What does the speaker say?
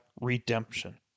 redemption